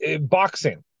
boxing